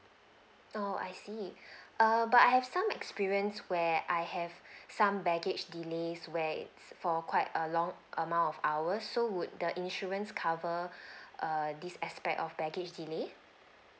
oh I see um but I have some experience where I have some baggage delays where it's for quite a long amount of hours so would the insurance cover err this aspect of baggage delayed